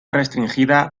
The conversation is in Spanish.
restringida